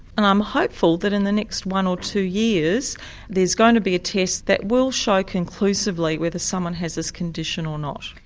and i'm hopeful that in the next one or two years there's going to be a test that will show conclusively whether someone has this condition or not.